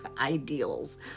ideals